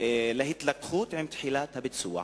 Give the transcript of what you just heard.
להתלקחות עם תחילת הביצוע?